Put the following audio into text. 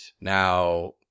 Now